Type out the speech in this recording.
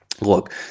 look